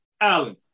Alan